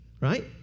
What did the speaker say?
Right